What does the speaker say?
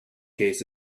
case